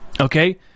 okay